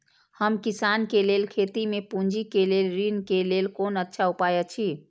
हम किसानके लेल खेती में पुंजी के लेल ऋण के लेल कोन अच्छा उपाय अछि?